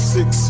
Six